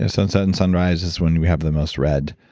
ah sunset and sunrise is when we have the most red.